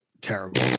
terrible